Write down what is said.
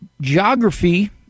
geography